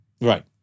right